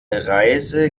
reise